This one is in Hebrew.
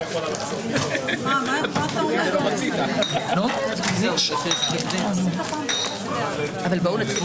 אבל ממילא אי אפשר לאשר היום את החוק באופן